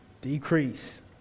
Decrease